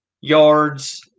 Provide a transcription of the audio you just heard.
yards